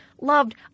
loved